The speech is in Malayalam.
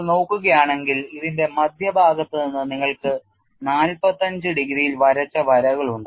നിങ്ങൾ നോക്കുകയാണെങ്കിൽ ഇതിന്റെ മധ്യഭാഗത്ത് നിന്ന് നിങ്ങൾക്ക് 45 ഡിഗ്രിയിൽ വരച്ച വരകളുണ്ട്